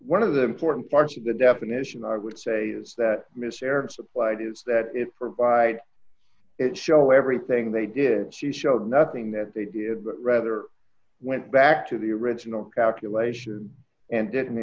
one of the important parts of the definition i would say is that miss arab supplied is that it provide it show everything they did she showed nothing that they did rather went back to the original calculation and didn't